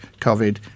COVID